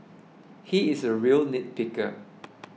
he is a real nitpicker